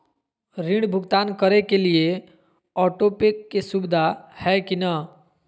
ऋण भुगतान करे के लिए ऑटोपे के सुविधा है की न?